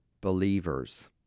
believers